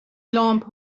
لامپ